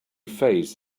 face